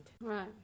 right